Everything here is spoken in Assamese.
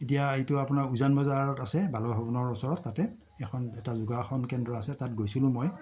এতিয়া এইটো আপোনাৰ উজান বজাৰত আছে বাল্যভৱনৰ ওচৰত তাতে এখন এটা যোগাসন কেন্দ্ৰ আছে তাত গৈছিলোঁ মই